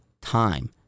time